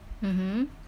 mmhmm